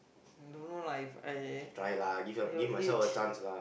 don't know lah If I you know age